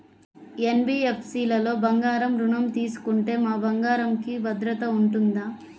NBFC లలో బంగారు ఋణం తీసుకుంటే మా బంగారంకి భద్రత ఉంటుందా?